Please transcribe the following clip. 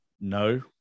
no